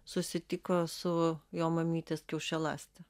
susitiko su jo mamytės kiaušialąste